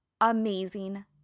amazing